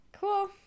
Cool